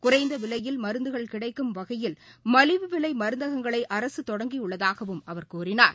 குறைந்தவிலையில் மருந்துகள் கிடைக்கும் வகையில் மலிவு விலைமருந்தகங்களைஅரசுதொடங்கியுள்ளதாகவும் அவர் கூறினார்